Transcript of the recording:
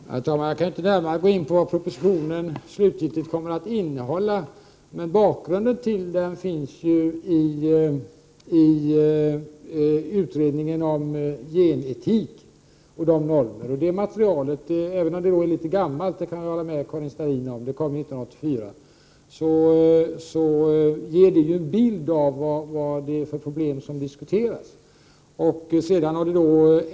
Herr talman! Jag kan inte närmare gå in på vad propositionen slutgiltigt kommer att innehålla. Men bakgrunden till den finns i utredningen om genetik och normer. Även om det materialet är litet gammalt, det kan jag hålla med Karin Starrin om — det kom 1984—, ger det en bild av vilka problem som diskuteras.